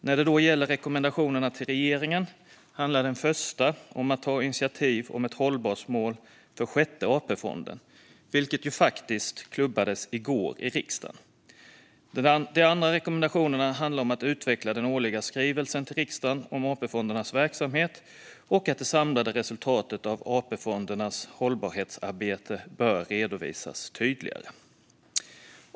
När det gäller rekommendationerna till regeringen handlar den första om att ta initiativ om ett hållbarhetsmål för Sjätte AP-fonden, vilket ju faktiskt klubbades i går i riksdagen. De andra rekommendationerna handlar om att utveckla den årliga skrivelsen till riksdagen om AP-fondernas verksamhet och att det samlade resultatet av AP-fondernas hållbarhetsarbete bör redovisas tydligare.